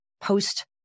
post